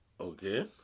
Okay